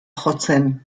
jotzen